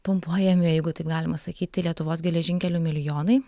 pumpuojami jeigu taip galima sakyti lietuvos geležinkelių milijonai